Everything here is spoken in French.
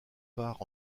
part